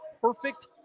perfect